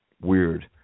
weird